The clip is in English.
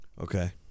okay